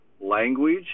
language